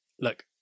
look